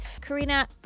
Karina